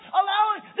allowing